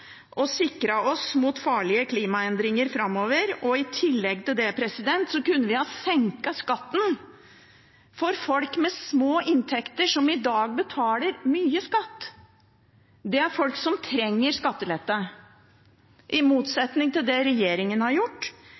å sikre oss mot farlige klimaendringer framover. I tillegg til det kunne vi ha senket skatten for folk med små inntekter som i dag betaler mye skatt. Det er folk som trenger skattelette. I motsetning til det regjeringen har gjort,